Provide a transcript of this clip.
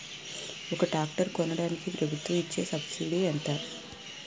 ఒక ట్రాక్టర్ కొనడానికి ప్రభుత్వం ఇచే సబ్సిడీ ఎంత?